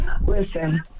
listen